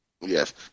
Yes